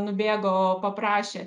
nubėgo paprašė